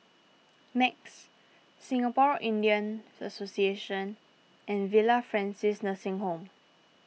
Nex Singapore Indian Association and Villa Francis Nursing Home